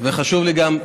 וחשוב לי גם שתשמע.